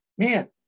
man